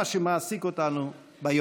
מהארץ הזו נעדר כבר 1,500